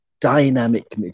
dynamic